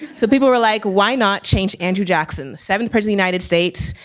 so people were like, why not change andrew jackson, seventh person united states,